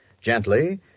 Gently